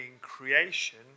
creation